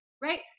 right